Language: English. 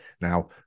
Now